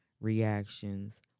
reactions